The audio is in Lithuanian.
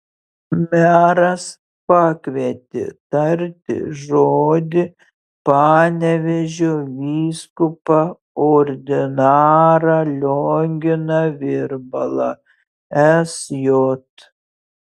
meras pakvietė tarti žodį panevėžio vyskupą ordinarą lionginą virbalą sj